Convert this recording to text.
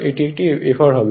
এটি Fr হবে